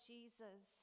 Jesus